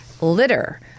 litter